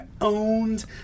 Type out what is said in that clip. owned